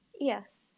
Yes